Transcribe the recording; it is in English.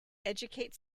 educate